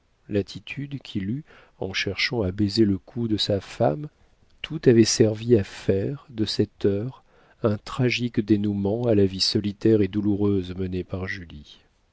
l'attitude qu'il eut en cherchant à baiser le cou de sa femme tout avait servi à faire de cette heure un tragique dénouement à la vie solitaire et douloureuse menée par julie